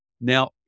Now